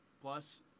Plus